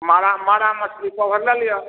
मारा मारा मछली पाव भरि लऽ लिअ